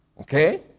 okay